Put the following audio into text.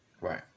Right